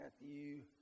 Matthew